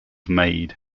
made